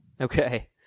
Okay